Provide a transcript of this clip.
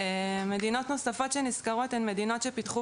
מדינות נוספות שנזכרות הן מדינות שפיתחו